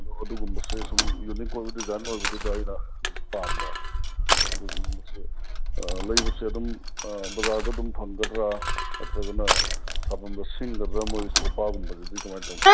ꯑꯗꯣ ꯑꯗꯨꯒꯨꯝꯕꯁꯦ ꯁꯨꯝ ꯌꯨꯅꯤꯛ ꯑꯣꯏꯕ ꯗꯤꯖꯥꯏꯟ ꯑꯣꯏꯕꯗꯨꯗ ꯑꯩꯅ ꯑꯗꯨꯝ ꯄꯥꯝꯕ ꯑꯗꯨꯒ ꯃꯁꯦ ꯂꯩꯕꯁꯦ ꯑꯗꯨꯝ ꯕꯖꯥꯔꯗ ꯑꯗꯨꯝ ꯐꯪꯗ꯭ꯔꯥ ꯅꯠꯇ꯭ꯔꯒꯅ ꯁꯥꯕꯝꯗ ꯁꯤꯡꯒꯗ꯭ꯔꯥ ꯃꯣꯏ ꯁꯣꯐꯥꯒꯨꯝꯕꯗꯗꯤ ꯀꯃꯥꯏꯅ ꯇꯧꯅꯤ